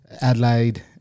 Adelaide